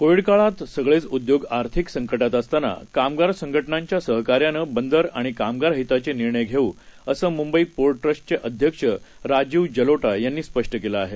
कोविडकाळातसगळेचउद्योगआर्थिकसंकटातअसताना कामगारसंघटनांच्यासहकार्यानंबंदरआणिकामगारहिताचेनिर्णयघेऊअसंमुंबईपोर्टट्रस्टचेअध्यक्षराजीवजलोटायांनीस्पष्टंकेलंआहे